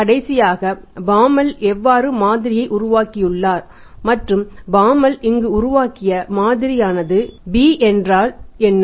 கடைசியாக பாமால் இங்கு உருவாக்கிய மாதிரியானது b என்றால் என்ன